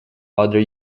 other